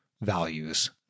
values